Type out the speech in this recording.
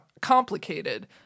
complicated